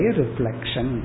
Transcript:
reflection